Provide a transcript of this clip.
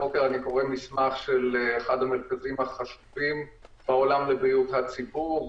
הבוקר אני קורא מסמך של אחד המרכזים החשובים בעולם לבריאות הציבור,